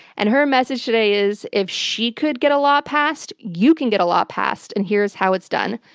and her message today is if she could get a law passed, you can get a law passed, and here's how it's done.